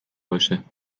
باشه